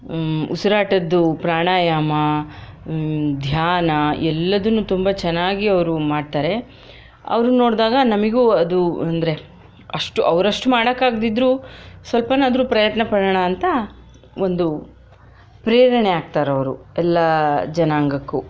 ಉಸಿರಾಟದ್ದು ಪ್ರಾಣಾಯಾಮ ಧ್ಯಾನ ಎಲ್ಲದನ್ನು ತುಂಬ ಚೆನ್ನಾಗಿ ಅವರು ಮಾಡ್ತಾರೆ ಅವ್ರನ್ ನೋಡಿದಾಗ ನಮಗೂ ಅದು ಅಂದರೆ ಅಷ್ಟು ಅವ್ರಷ್ಟು ಮಾಡಕ್ಕಾಗದಿದ್ರೂ ಸ್ವಲ್ಪನಾದ್ರೂ ಪ್ರಯತ್ನ ಪಡೋಣ ಅಂತ ಒಂದು ಪ್ರೇರಣೆ ಆಗ್ತಾರವರು ಎಲ್ಲ ಜನಾಂಗಕ್ಕೂ